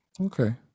Okay